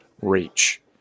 reach